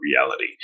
Reality